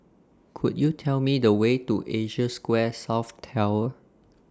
Could YOU Tell Me The Way to Asia Square South Tower